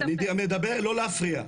אני מדבר, לא להפריע.